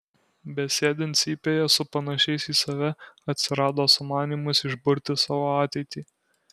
besėdint cypėje su panašiais į save atsirado sumanymas išburti savo ateitį